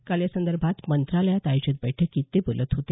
काल यासंदर्भात मंत्रालयात आयोजित बैठकीत ते बोलत होते